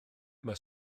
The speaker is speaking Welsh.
mae